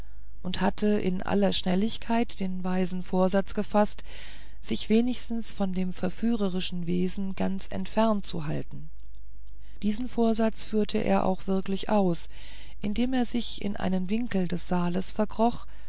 und hatte in aller schnelligkeit den weisen vorsatz gefaßt sich wenigstens von dem verführerischen wesen ganz entfernt zu halten diesen vorsatz führte er auch wirklich aus indem er sich in einen winkel des saals verkroch